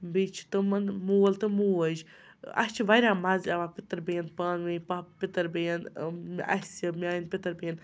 بیٚیہِ چھِ تِمَن مول تہٕ موج اَسہِ چھِ واریاہ مَزٕ یِوان پِتٕر بیٚنٮ۪ن پانہٕ ؤنۍ پا پِتٕر بیٚنٮ۪ن اَسہِ میٛانہِ پِتٕر بیٚنہِ